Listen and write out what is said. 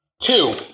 Two